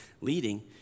leading